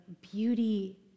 Beauty